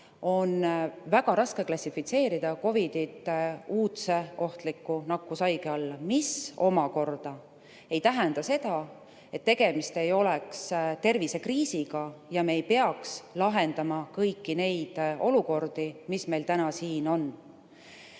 on väga raske klassifitseerida COVID‑it uudse ohtliku nakkushaiguse alla, mis aga ei tähenda seda, et tegemist ei oleks tervisekriisiga ja me ei peaks lahendama kõiki neid olukordi, mis meil täna siin on.